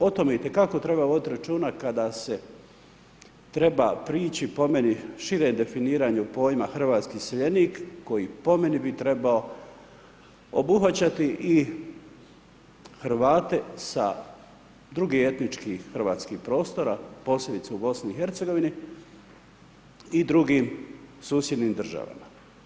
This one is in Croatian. O tome itekako treba voditi računa, kada se treba prići, po meni, široj definiraju pojma hrvatski iseljenik, koji po meni bi trebao obuhvaćati i Hrvate sa drugih etničkih hrvatskih prostora, posebice u BIH i drugih susjednih država.